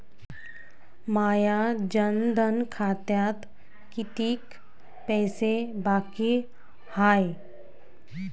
माया जनधन खात्यात कितीक पैसे बाकी हाय?